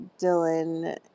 Dylan